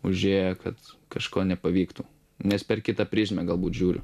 užėję kad kažko nepavyktų nes per kitą prizmę galbūt žiūriu